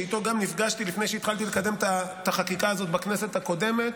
שאיתו גם נפגשתי לפני שהתחלתי לקדם את החקיקה הזאת בכנסת הקודמת,